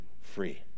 free